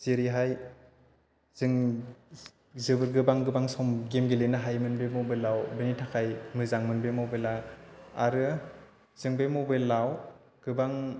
जेरैहाय जों गोबां गोबां सम गेम गेलेनो हायोमोन बे मबाइलआव बेनि थाखाय मोजांमोन बे मबाइलआ आरो जों मबाइलआव गोबां